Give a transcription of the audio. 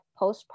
postpartum